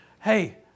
hey